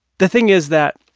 the thing is that